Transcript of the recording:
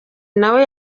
nawe